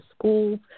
schools